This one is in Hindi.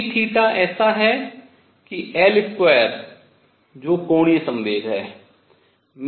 और p ऐसा है कि L2 जो कोणीय संवेग है